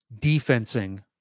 defensing